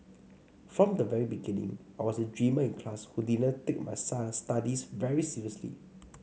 from the very beginning I was a dreamer in class who didn't take my sun studies very seriously